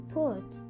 put